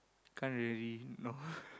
can't really no